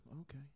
okay